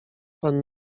pan